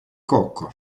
cocco